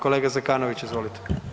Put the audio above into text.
Kolega Zekanović, izvolite.